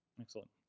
Excellent